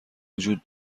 وجود